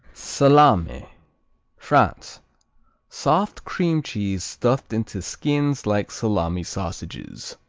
salame france soft cream cheese stuffed into skins like salami sausages.